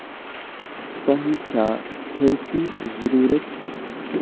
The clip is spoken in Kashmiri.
تۄہہِ چھا تھیرپی ضروٗرت